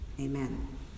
Amen